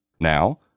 Now